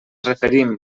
referim